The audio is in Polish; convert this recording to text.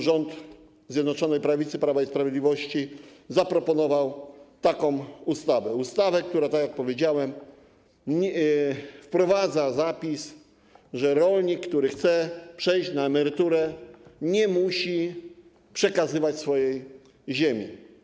Rząd Zjednoczonej Prawicy, Prawa i Sprawiedliwości zaproponował ustawę, która, tak jak powiedziałem, wprowadza zapis, że rolnik, który chce przejść na emeryturę, nie musi przekazywać swojej ziemi.